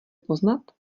poznat